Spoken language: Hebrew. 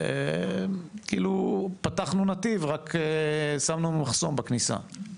זה כאילו שפתחנו נתיב, רק ששמנו מחסום בכניסה.